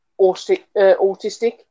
autistic